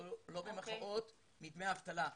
לא במרכאות, מדמי אבטלה.